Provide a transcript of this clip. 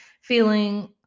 Feeling